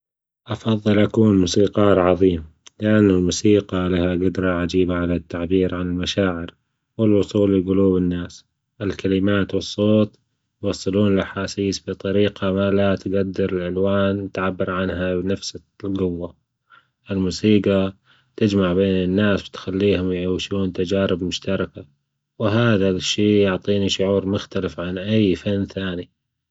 أفضل أكون موسيقار عظيم، لأن الموسيقى لها جدرة عجيبة علي التعبير عن المشاعر والوصول لجلوب الناس، الكلمات والصوت يوصلون الأحاسيس بطريقة ما لا تجدر العنوان تعبر عنها بنفسك بجوة، الموسيجى تجمع بين الناس وتخليهم يعيشون تجارب مشتركة وهذا الشئ يعطيني شعور مختلف عن أي فن ثاني.